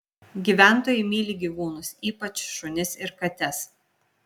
gyventojai myli gyvūnus ypač šunis ir kates